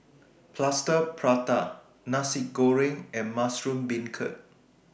Plaster Prata Nasi Goreng and Mushroom Beancurd